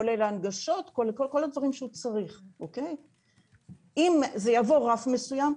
כולל ההנגשות וכל הדברים שהוא צריך אם זה יעבור רף מסוים,